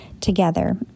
together